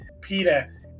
Peter